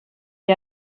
gli